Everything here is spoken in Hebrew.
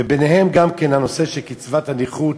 וביניהן גם כן הנושא של קצבת הנכות,